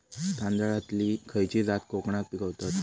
तांदलतली खयची जात कोकणात पिकवतत?